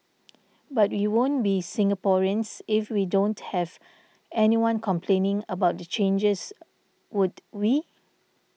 but we won't be Singaporeans if we don't have anyone complaining about the changes would we